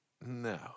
no